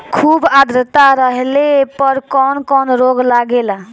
खुब आद्रता रहले पर कौन कौन रोग लागेला?